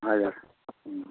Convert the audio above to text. हजुर